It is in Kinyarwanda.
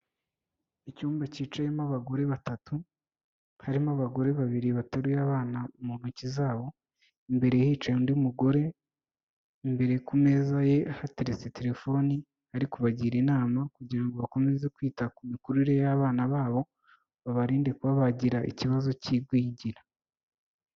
Icyumba cyicayemo abagore batatu harimo abagore babiri bateruye abana mu ntoki zabo imbere hicaye undi mugore, imbere ku meza ye hateretse telefoni ari kubagira inama kugira ngo bakomeze kwita ku mikurire y'abana babo babarinde kuba bagira ikibazo cy'igwingira.